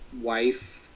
wife